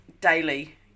daily